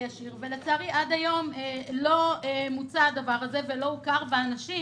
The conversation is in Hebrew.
לצערי עד היום לא מוצה הדבר הזה ולא הוכר ואנשים